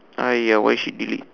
!aiya! why she delete